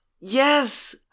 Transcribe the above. Yes